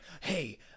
hey-